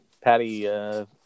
Patty